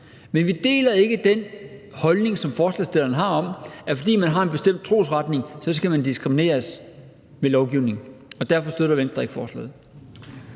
men vi deler ikke den holdning, som forslagsstillerne har, om, at fordi man har en bestemt tro, skal man diskrimineres ved lovgivning. Og derfor støtter Venstre ikke forslaget.